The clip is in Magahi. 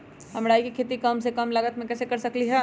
हम राई के खेती कम से कम लागत में कैसे कर सकली ह?